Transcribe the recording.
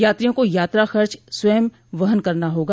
यात्रियों को यात्रा खर्च स्वयं वहन करना होगा